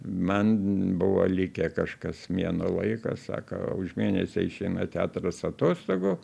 man buvo likę kažkas mėnuo laikas sako už mėnesio išeina teatras atostogų